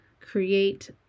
create